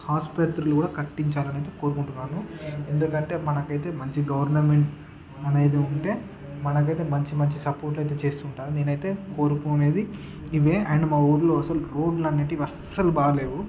ఆసుపత్రులు కూడా కట్టించాలనయితే కోరుకుంటున్నాను ఎందుకంటే మనకైతే మంచి గవర్నమెంట్ అనేది ఉంటే మనకైతే మంచి మంచి సపోర్ట్ అయితే చేస్తుంటారు నేనైతే కోరుకునేది ఇదే అండ్ మా ఊర్లో అసలు రోడ్లు అనేవి అస్సల్ బాగలేవు